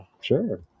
sure